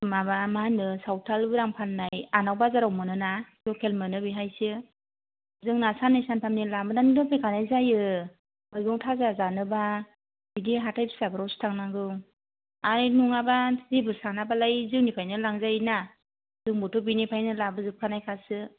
माबा मा होनो सावथाल उरां फान्नाय आन' बाजाराव मोनो ना लकेल मोनो बेहायसो जोंना सान्नै सानथामनि लाबोनानै दोनफैखानाय जायो मैगं थाजा जानोबा बिदि हाथाइ फिसाफ्रावसो थांनांगौ आरो नङाबा जेबो साना बालाय जोंनिफ्रायनो लांजायोना जोंबोथ' बिनिफ्रायनो लाबो जोबखानायखासो